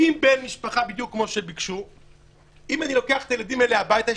אם אני לוקח את הילדים האלה הביתה יש